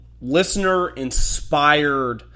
listener-inspired